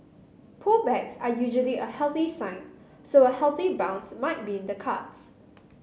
pullbacks are usually a healthy sign so a healthy bounce might be in the cards